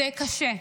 זה קשה.